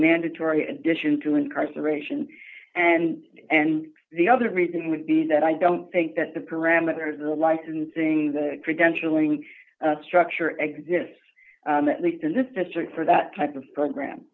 mandatory addition to incarceration and and the other reason would be that i don't think that the parameters of the licensing the credentialing structure exists at least in this district for that type of program